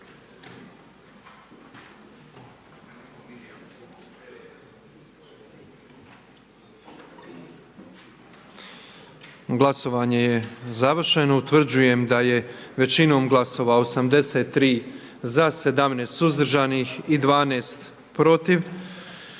Glasovanje je završeno. Utvrđujem da je većinom glasova 79 za, 11 suzdržanih i 27 protiv